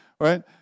right